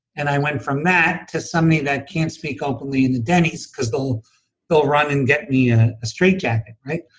and i went from that to somebody that can't speak openly in the denny's, because they'll they'll run and get me a straitjacket, right